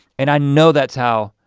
and i know that's how,